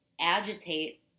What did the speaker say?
agitate